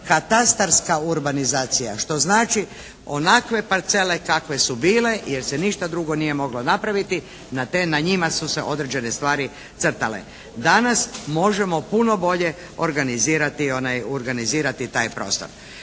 katastarska urbanizacija, što znači onakve parcele kakve su bile jer se ništa drugo nije moglo napraviti na te, na njima su se određene stvari crtale. Danas možemo puno bolje organizirati taj prostor.